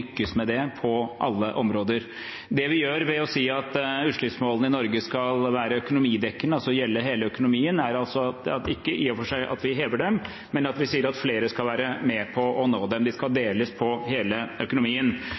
med det på alle områder. Det vi gjør ved å si at utslippsmålene i Norge skal være økonomidekkende, altså gjelde hele økonomien, er ikke i og for seg at vi hever dem, men at vi sier at flere skal være med på å nå dem. De skal deles på hele økonomien